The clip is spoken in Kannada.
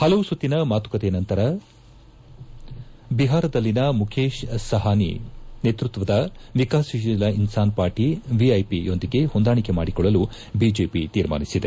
ಪಲವು ಸುತ್ತಿನ ಮಾರುಕತೆ ನಂತರ ವಿಹಾರದಲ್ಲಿನ ಮುಖೇಶ್ ಸಹಾನಿ ನೇತೃತ್ವದ ವಿಕಾಸಶೀಲ ಇನ್ಸಾನ್ ಪಾರ್ಟ ವಿಐಪಿ ಯೊಂದಿಗೆ ಹೊಂದಾಣಿಕೆ ಮಾಡಿಕೊಳ್ಳಲು ಬಿಜೆಪಿ ತೀರ್ಮಾನಿಸಿದೆ